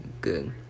good